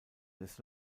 des